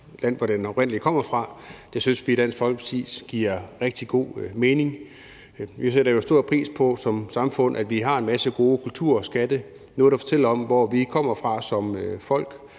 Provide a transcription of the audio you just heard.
det land, som den oprindelig kommer fra, og det synes vi i Dansk Folkeparti giver rigtig god mening. Vi sætter jo stor pris på som samfund, at vi har en masse gode kulturskatte, noget, der fortæller om, hvor vi kommer fra som folk,